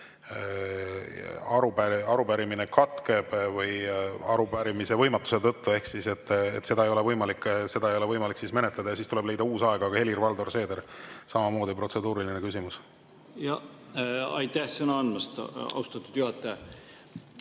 arupärimine katkeb arupärimise võimatuse tõttu ehk seda ei ole võimalik menetleda ja siis tuleb leida uus aeg. Helir-Valdor Seeder, samamoodi protseduuriline küsimus. Aitäh sõna andmast, austatud juhataja!